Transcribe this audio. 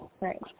right